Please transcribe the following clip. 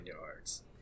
yards